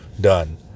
Done